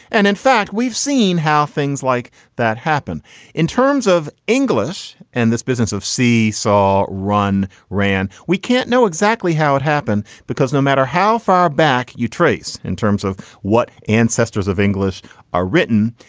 and in fact, we've seen how things like that happen in terms of english. and this business of si saw run ran. we can't know exactly how it happened because no matter how far back you trace in terms of what ancestors of english are written,